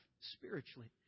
spiritually